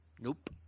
nope